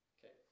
Okay